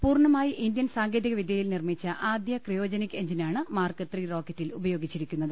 പൂർണ്ണമായി ഇന്ത്യൻ സാങ്കേതികവിദ്യയിൽ നിർമ്മിച്ച ആദ്യ ക്രയോ ജനിക് എഞ്ചിനാണ് മാർക്ക് ദ റോക്കറ്റിൽ ഉപയോഗിച്ചിരിക്കുന്നത്